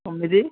తొమ్మిది